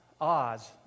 Oz